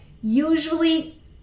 usually